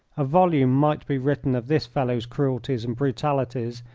a volume might be written of this fellow's cruelties and brutalities,